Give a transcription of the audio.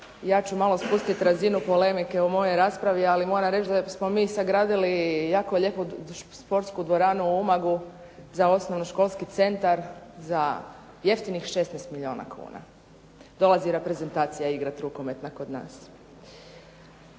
Ja ću malo spustit razinu polemike u mojoj raspravi, ali moram reći da smo mi sagradili jako lijepu sportsku dvoranu u Umagu za osnovnoškolski centar za jeftinih 16 milijuna kuna. Dolazi reprezentacija igrati rukometna kod nas.